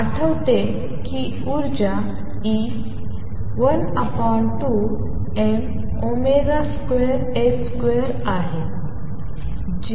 आठवते की ऊर्जा E 12m2A2 आहे J हे πmωA2